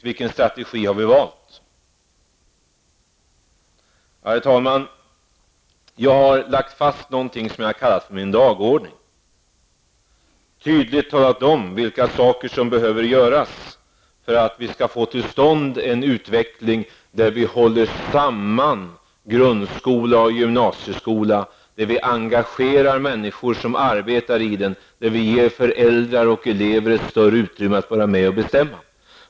Vilken strategi har vi valt? Herr talman! Jag har lagt upp något som jag har kallat för min dagordning. Där har jag tydligt talat om vilka saker som behöver göras för att vi skall få till stånd en utveckling där vi håller samman grundskola och gymnasieskola, där vi engagerar människor som arbetar i den och där vi ger föräldrar och elever större utrymme att vara med och bestämma.